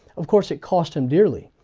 of course it cost him dearly.